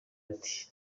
ati